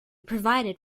provided